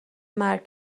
مرگ